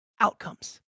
outcomes